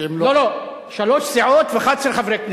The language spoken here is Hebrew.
לא, לא, שלוש סיעות ו-11 חברי כנסת,